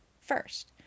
first